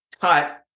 cut